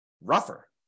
rougher